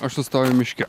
aš sustoju miške